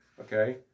Okay